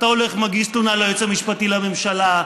אתה הולך ומגיש תלונה ליועץ המשפטי לממשלה,